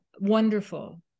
wonderful